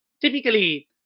typically